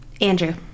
Andrew